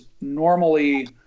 normally